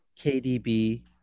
KDB